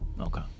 Okay